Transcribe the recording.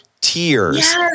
tears